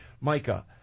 micah